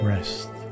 Rest